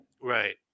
right